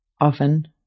Often